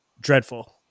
dreadful